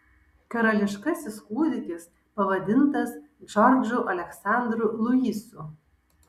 karališkasis kūdikis pavadintas džordžu aleksandru luisu